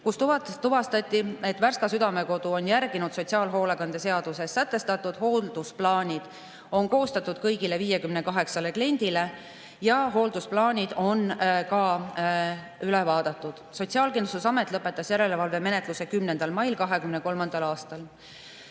tuvastati, et Värska Südamekodu on järginud sotsiaalhoolekande seaduses sätestatut, hooldusplaanid on koostatud kõigile 58 kliendile ja hooldusplaanid on ka üle vaadatud. Sotsiaalkindlustusamet lõpetas järelevalvemenetluse 10. mail 2023. Lisaks